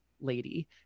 lady